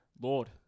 Lord